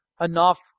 enough